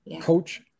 coach